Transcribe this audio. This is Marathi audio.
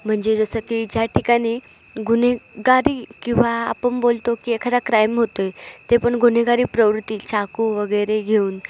म्हणजे जसं की ज्या ठिकाणी गुन्हेगारी किंवा आपण बोलतो की एखादा क्राईम होतो आहे ते पण गुन्हेगारी प्रवृत्ती चाकू वगैरे घेऊन